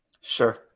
Sure